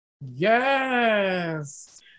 Yes